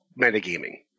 metagaming